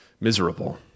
miserable